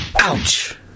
Ouch